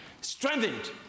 strengthened